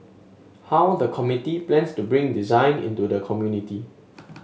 how the committee plans to bring design into the community